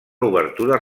obertures